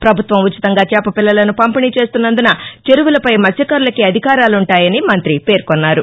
పభుత్వం ఉచితంగా చేప పిల్లలను పంపిణీ చేస్తున్నందున చెరువులపై మత్స్వకారులకే అధికారులుంటాయని మంఁతి పేర్కొన్నారు